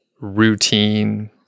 routine